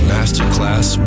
Masterclass